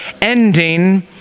ending